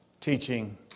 teaching